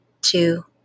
two